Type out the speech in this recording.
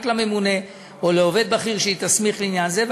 לממונה או לעובד בכיר שהיא תסמיך לעניין הזה,